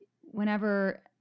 whenever